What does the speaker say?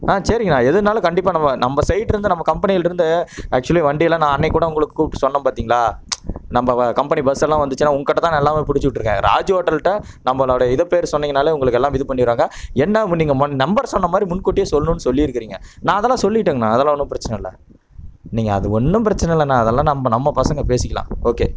ஆ சரிங்கண்ணா எதுனாலும் கண்டிப்பாக நம்ம நம்ம சைட்டிலேருந்து நம்ம கம்பெனியில் இருந்து ஆக்சுவலி வண்டியெல்லாம் நான் அன்றைக்கு கூட உங்களுக்கு கூப்பிட்டு சொன்னேன் பார்த்திங்களா நம்ம கம்பெனி பஸ்ஸெல்லாம் வந்துச்சுனால் உங்ககிட்ட தானே எல்லாமே பிடிச்சு விட்டிருக்கேன் ராஜு ஹோட்டல்கிட்ட நம்மளோட இதை பேர் சொன்னீங்கனாலே உங்களுக்கு எல்லாமே இது பண்ணிடுறாங்க என்ன பண்ணிங்க நம்பர் சொன்ன மாதிரி முன் கூட்டியே சொல்லணும் சொல்லியிருக்கிறீங்க நான் அதெல்லாம் சொல்லிவிட்டேங்கண்ணா அதெல்லாம் ஒன்றும் பிரச்சின இல்லை நீங்கள் அது ஒன்றும் பிரச்சின இல்லைண்ணா அதெல்லாம் நம்ம நம்ம பசங்கள் பேசிக்கலாம் ஓகே